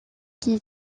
qui